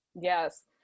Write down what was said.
yes